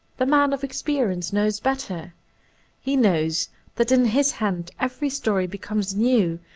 the man of experience knows better he knows that in his hands every story becomes new.